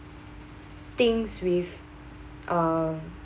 things with um